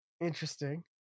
interesting